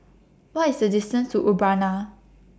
What IS The distance to Urbana